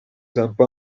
zampa